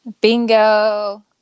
Bingo